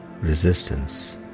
resistance